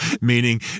meaning